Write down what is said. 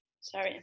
Sorry